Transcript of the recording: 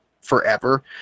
forever